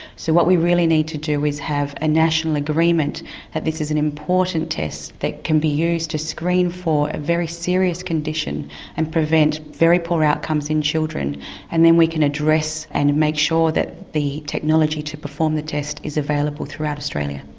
so what we really need to do is have a national agreement that this is an important test that can be used to screen for a very serious condition and prevent very poor outcomes in children and then we can address and make sure that the technology to perform the test is available throughout australia.